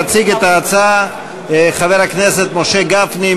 יציג את ההצעה חבר הכנסת משה גפני,